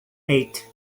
eight